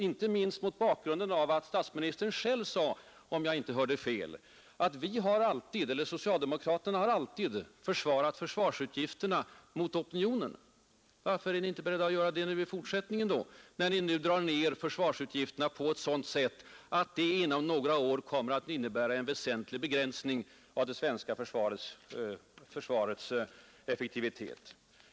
Inte minst mot bakgrunden av att statsministern själv påstod, att socialdemokraterna alltid har försvarat försvarsutgifterna mot opinionen. Varför är ni inte beredda att göra det i fortsättningen? Nu drar ni ju ner försvarsutgifterna reellt sett på ett sådant sätt att det inom några år kommer att leda till en väsentlig reducering av försvarets effektivitet.